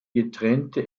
getrennte